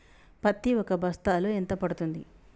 పత్తి ఒక బస్తాలో ఎంత పడ్తుంది?